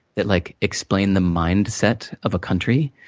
that like explain the mindset of a country,